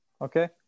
Okay